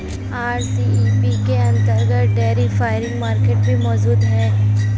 RCEP के अंतर्गत dairy farming market भी मौजूद है